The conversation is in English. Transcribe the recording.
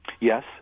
Yes